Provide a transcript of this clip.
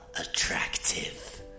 attractive